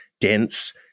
dense